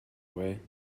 away